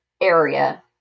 area